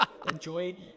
Enjoy